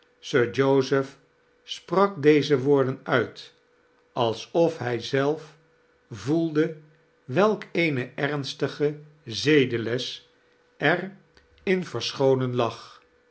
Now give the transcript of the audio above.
sir joseph sprak deze woorden uit alsof hij zelf voelde welk eene ernstige zedeles er in verscholen lag